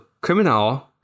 criminal